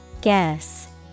Guess